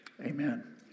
Amen